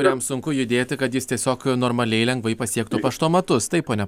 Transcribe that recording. kuriam sunku judėti kad jis tiesiog normaliai lengvai pasiektų paštomatus taip pone